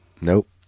nope